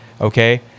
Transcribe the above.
Okay